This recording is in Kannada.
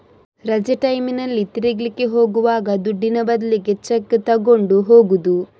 ರಜೆ ಟೈಮಿನಲ್ಲಿ ತಿರುಗ್ಲಿಕ್ಕೆ ಹೋಗುವಾಗ ದುಡ್ಡಿನ ಬದ್ಲಿಗೆ ಚೆಕ್ಕು ತಗೊಂಡು ಹೋಗುದು